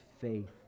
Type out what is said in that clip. faith